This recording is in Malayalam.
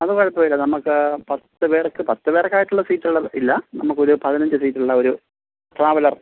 അത് കുഴപ്പം ഇല്ല നമുക്ക് പത്ത് പേർക്ക് പത്ത് പേർക്കായിട്ടുള്ള സീറ്റ് ഉള്ള ഇല്ല നമുക്കൊരു പതിനഞ്ച് സീറ്റ് ഉള്ള ഒരു ട്രാവലർ